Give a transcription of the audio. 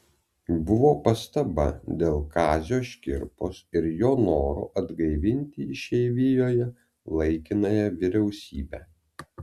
buvo pastaba dėl kazio škirpos ir jo noro atgaivinti išeivijoje laikinąją vyriausybę